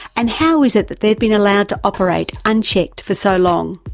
and how is it that they have been allowed to operate unchecked for so long?